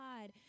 God